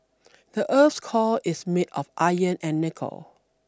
the earth's core is made of iron and nickel